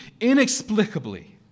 inexplicably